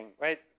right